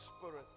Spirit